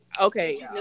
Okay